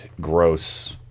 gross